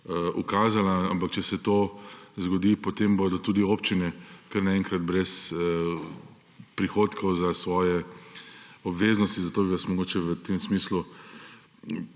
ukazala, ampak če se to zgodi, potem bodo tudi občine kar naenkrat brez prihodkov za svoje obveznosti. Zato bi vas v tem smislu